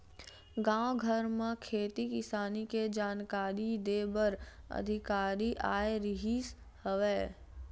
गाँव घर म खेती किसानी के जानकारी दे बर अधिकारी आए रिहिस हवय